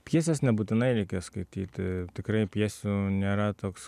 pjeses nebūtinai reikia skaityti tikrai pjesių nėra toks